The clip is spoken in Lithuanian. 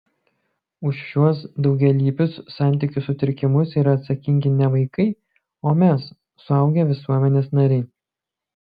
už šiuos daugialypius santykių sutrikimus yra atsakingi ne vaikai o mes suaugę visuomenės nariai